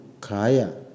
kaya